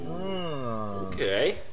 Okay